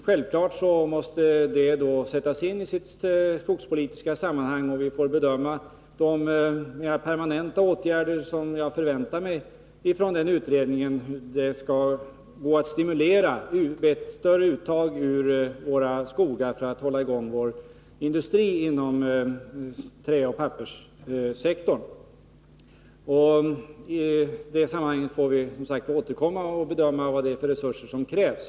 Självfallet måste det sättas in i sitt skogspolitiska sammanhang, och vi får då bedöma de förslag till mera permanenta åtgärder som jag förväntar att utredningen skall framlägga för att stimulera till ett större uttag ur våra skogar och för att hålla i gång vår träoch pappersindustri. I det sammanhanget får vi bedöma vilka resurser som krävs.